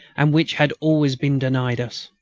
and which had always been denied us!